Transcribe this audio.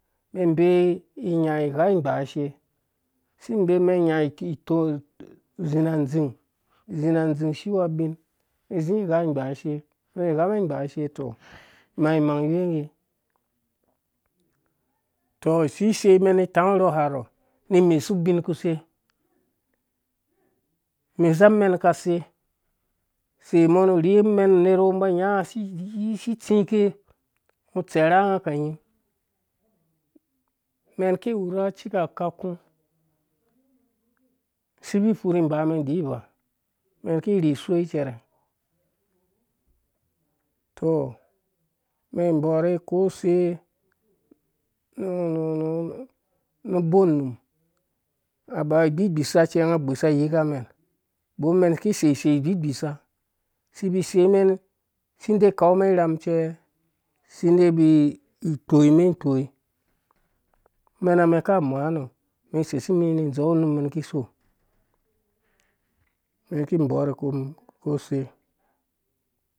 Umen inbee inya isha ingbaashe isi ibeemɛn inya ikpikpɔ izi na andzing izi na adzing asi iwea ubin izi igha ingbaashe umɛn iba ighamen ingbaasha tɔ imang mang iyimye tɔ isiseimɛn ni itang irhɔɔ harɔ ni imesu ubin ukuse immesa amɛn akase usei mo nu uri amen unerwi ungo uba unya unga si itsike ungo utsɛrha nga kanying umen iki uwura cika akaku isi ibvui ufuri inbamɛn idivaa umɛn iki irhi usoi icɛrɛ tɔo umen inbɔrhe ukose nu-nu ubo unum aba awu igbigbisha cɛ unga agbisha ayika umɛn bɔr umen iki isei isei igbigbisha isi ibvui iseimen isi idɛɛ ikanmɛn ivam cɛ isi idɛɛ ibvui ikpoyimɛn ikpoyi amenamen aka amaan umen iseisimi ni idzɛu unummen iki isok umen iki inbɔre kose,